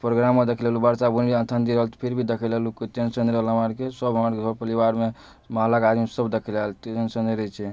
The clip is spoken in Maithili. प्रोग्रामो देख लेलु वर्षा बुनि और ठण्डी रहल फिर तऽ भी देखै लेलु कोइ टेन्शन नै रहल हमरा अर के सब हमरा अर के घर परिवार मे मोहल्ला के आदमी सब देखै लए आएल टेन्शन नै रहै छै